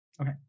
Okay